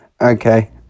Okay